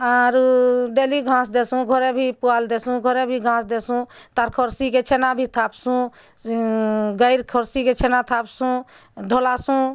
ଆରୁ ଡ଼େଲି ଘାସ୍ ଦେସୁଁ ଘରେ ଭି ପୁଆଲ୍ ଦେସୁଁ ଘରେ ଭି ଘାସ୍ ଦେସୁଁ ତାର୍ ଖର୍ସି କେ ଛେନା ଭି ଥାପ୍ସୁଁ ସେ ଗାଈର୍ ଖର୍ସି କେ ଛେନା ଥାପ୍ସୁଁ ଢ଼ଲାସୁଁ